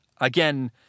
Again